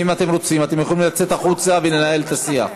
אם אתם רוצים אתם יכולים לצאת החוצה ולנהל את השיח.